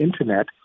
internet